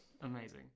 Amazing